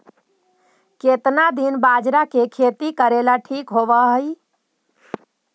केतना दिन बाजरा के खेती करेला ठिक होवहइ?